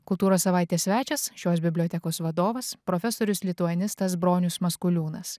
kultūros savaitės svečias šios bibliotekos vadovas profesorius lituanistas bronius maskuliūnas